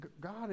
God